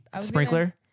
Sprinkler